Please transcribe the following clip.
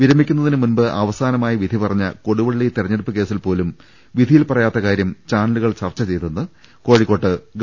വിരമിക്കുന്നതിന് മുമ്പ് അവ സാനമായി വിധി പറഞ്ഞ കൊടുവള്ളി തെരഞ്ഞെടുപ്പ് കേസിൽപോലും വിധിയിൽ പറയാത്ത കാര്യം ചാനലുകൾ ചർച്ച ചെയ്തെന്ന് കോഴിക്കോട് ഗവ